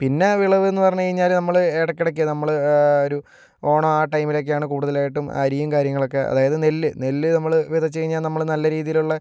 പിന്നെ വിളവെന്ന് പറഞ്ഞ് കഴിഞ്ഞാല് നമ്മള് ഇടയ്ക്കിടയ്ക്ക് നമ്മള് ഒരു ഓണം ആ ടൈമിലൊക്കെയാണ് കൂടുതലായിട്ടും അരിയും കാര്യങ്ങളൊക്കെ അതായത് നെല്ല് നെല്ല് നമ്മള് വിതച്ച് കഴിഞ്ഞാൽ നമ്മള് നല്ല രീതിയിലുള്ള